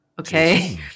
Okay